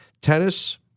tennis